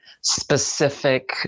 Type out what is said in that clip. specific